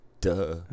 duh